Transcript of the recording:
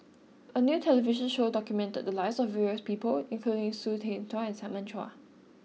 a new television show documented the lives of various people including Hsu Tse Kwang and Simon Chua